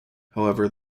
however